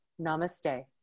namaste